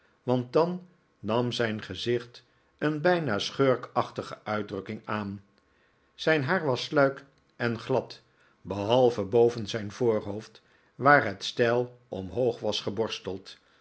want dan nam zijn gezicht een bijna schurkachtige uitdrukking aan zijn haar was sluik en glad behalve boven zijn voorhoofd waar het steil omhoog was geborsteld